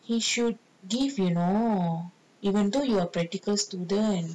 he should give you know even though you are practical student